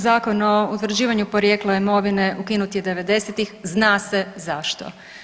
Zakon o utvrđivanju porijekla imovine ukinut je '90.-tih, zna se zašto.